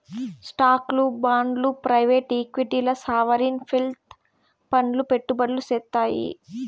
స్టాక్లు, బాండ్లు ప్రైవేట్ ఈక్విటీల్ల సావరీన్ వెల్త్ ఫండ్లు పెట్టుబడులు సేత్తాయి